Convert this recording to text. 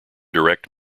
direct